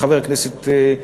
חבר הכנסת לוי,